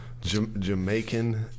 Jamaican